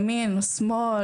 ימין או שמאל,